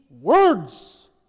words